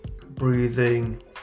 breathing